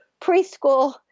preschool